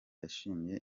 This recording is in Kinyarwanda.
yashimiye